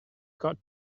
got